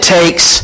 takes